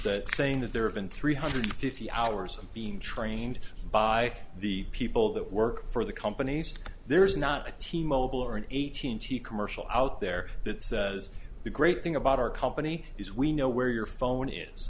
that saying that there have been three hundred fifty hours i'm being trained by the people that work for the companies there's not a team mobile or an eight hundred eighty commercial out there that says the great thing about our company is we know where your phone is